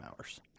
hours